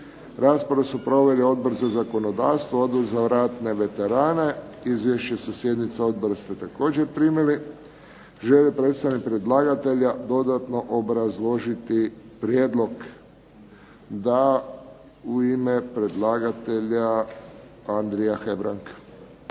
Raspravu su proveli Odbor za zakonodavstvo, Odbor za ratne veterane. Izvješće sa sjednica odbora ste također primili. Želi li predstavnik predlagatelja dodatno obrazložiti prijedlog? Da. U ime predlagatelja Andrija Hebrang.